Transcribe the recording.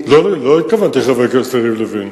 לא התכוונתי לחבר הכנסת יריב לוין.